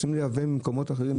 רוצים לייבא ממקומות אחרים,